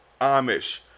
Amish